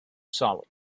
solid